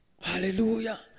Hallelujah